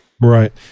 Right